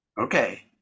Okay